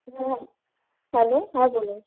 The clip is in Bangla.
হ্যাঁ হ্যালো হ্যাঁ বলুন